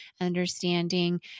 understanding